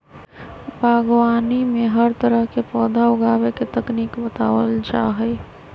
बागवानी में हर तरह के पौधा उगावे के तकनीक बतावल जा हई